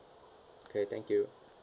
K thank you